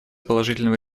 положительного